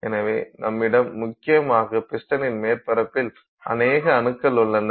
எனவே நம்மிடம் மிக முக்கியமாக பிஸ்டனின் மேற்பரப்பில் அனேக அணுக்கள் உள்ளன